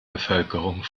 bevölkerung